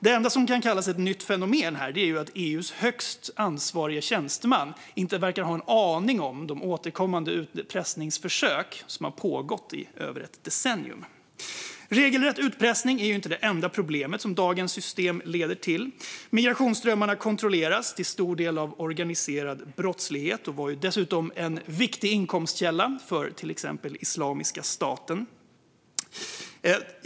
Det enda som här kan kallas för ett nytt fenomen är att EU:s högst ansvariga tjänsteman inte verkar ha en aning om de återkommande utpressningsförsök som har pågått i över ett decennium. Regelrätt utpressning är inte det enda problemet som dagens system leder till. Migrationsströmmarna kontrolleras till stor del av organiserad brottslighet. Det var dessutom en viktig inkomstkälla till exempelvis Islamiska staten.